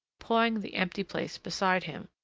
pawing the empty place beside him,